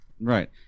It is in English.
Right